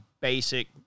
basic